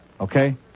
Okay